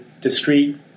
discrete